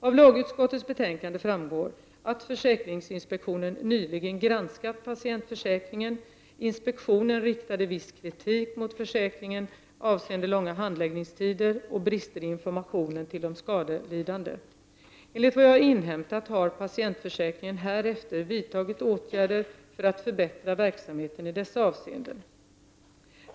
Av lagutskottets betänkande framgår att försäkringsinspektionen nyligen granskat patientförsäkringen. Inspektionen riktade viss kritik mot försäkringen avseende långa handläggningstider och brister i informationen till de skadelidande. Enligt vad jag har inhämtat har patientförsäkringen härefter vidtagit åtgärder för att förbättra verksamheten i dessa avseenden.